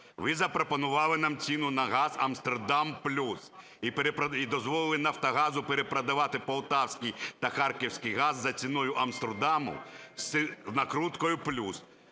Ви запропонували нам ціну на газ "Амстердам плюс" і дозволили "Нафтогазу" перепродавати полтавський та харківський газ за ціною "Амстердаму" з накруткою "плюс".